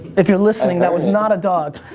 if you're listening, that was not a dog,